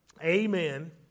amen